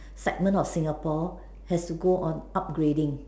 segment of Singapore have to go on upgrading